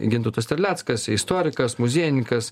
gintautas terleckas istorikas muziejininkas